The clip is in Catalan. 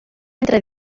entre